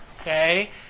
okay